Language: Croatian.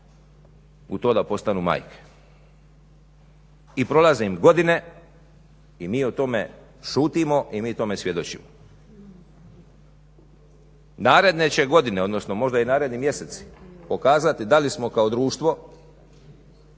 u to da postanu majke. i prolaze im godine i mi o tome šutimo i mi tome svjedočimo. Naredne će godine odnosno možda i naredni mjeseci pokazati da li smo kao društvo